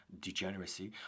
degeneracy